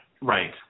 Right